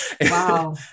Wow